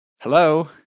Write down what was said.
Hello